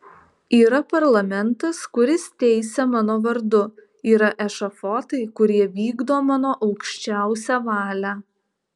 yra parlamentas kuris teisia mano vardu yra ešafotai kurie vykdo mano aukščiausią valią